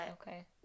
Okay